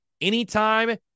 anytime